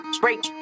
break